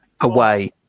Away